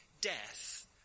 Death